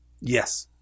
Yes